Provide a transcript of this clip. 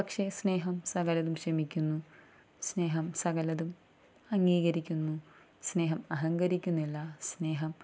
പക്ഷെ സ്നേഹം സകലതും ക്ഷമിക്കുന്നു സ്നേഹം സകലതും അംഗീകരിക്കുന്നു സ്നേഹം അഹങ്കരിക്കുന്നില്ല സ്നേഹം